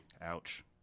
Ouch